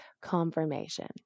confirmation